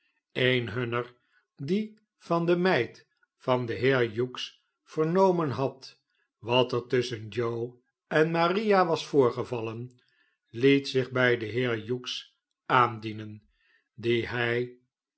een hunner die van de meid van den heer hughes vernomen had wat er tusschen joe en maria was voorgevallen liet zich bij den heer hughes aandienen dien hij